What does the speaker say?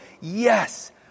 yes